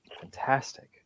fantastic